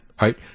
Right